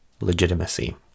legitimacy